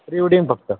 pre wedding फक्त